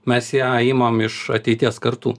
mes ją imam iš ateities kartų